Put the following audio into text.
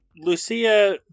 Lucia